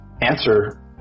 answer